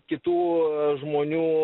kitų žmonių